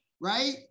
right